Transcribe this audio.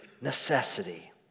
necessity